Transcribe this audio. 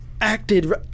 acted